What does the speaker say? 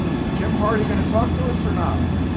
is jim hardy going to talk to us or not?